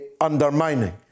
undermining